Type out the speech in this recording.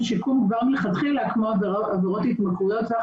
שיקום כבר מלכתחילה כמו עבירות התמכרויות.